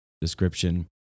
description